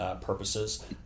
purposes